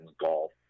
golf